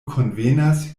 konvenas